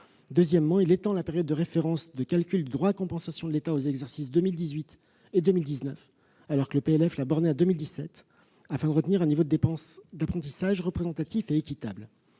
Deuxièmement, il étend la période de référence de calcul du droit à compensation de l'État aux exercices 2018 et 2019, alors que le PLF l'a borné à 2017, afin de retenir un niveau de dépenses d'apprentissage représentatif et équitable.